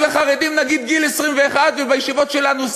רק לחרדים נגיד גיל 21, ובישיבות שלנו 23?